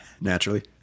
Naturally